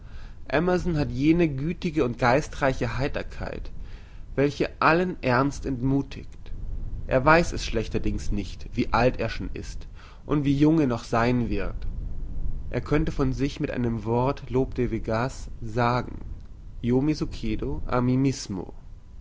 emerson hat jene gütige und geistreiche heiterkeit welche allen ernst entmuthigt er weiss es schlechterdings nicht wie alt er schon ist und wie jung er noch sein wird er könnte von sich mit einem wort lope de vega's sagen